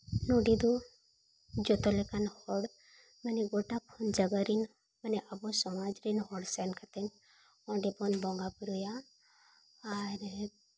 ᱱᱚᱸᱰᱮ ᱫᱚ ᱡᱚᱛᱚ ᱞᱮᱠᱟᱱ ᱦᱚᱲ ᱜᱚᱴᱟ ᱠᱷᱚᱱ ᱡᱟᱭᱜᱟ ᱨᱮ ᱢᱟᱱᱮ ᱟᱵᱚ ᱥᱚᱢᱟᱡᱽ ᱨᱮᱱ ᱦᱚᱲ ᱥᱮᱱ ᱠᱟᱛᱮᱫ ᱚᱸᱰᱮ ᱵᱚᱱ ᱵᱚᱸᱜᱟ ᱵᱩᱨᱩᱭᱟ ᱟᱨ